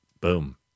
Boom